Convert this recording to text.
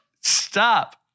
Stop